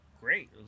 great